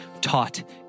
taught